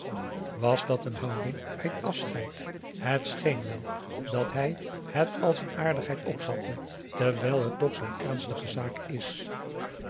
was dat een houding bij het afscheid het scheen wel dat hij het als een aardigheid opvatte terwijl het toch zoo'n ernstige zaak is